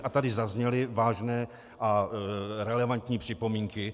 A tady zazněly vážné a relevantní připomínky.